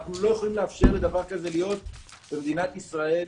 אנחנו לא יכולים לאפשר לדבר כזה להיות במדינת ישראל,